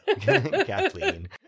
Kathleen